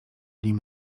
nim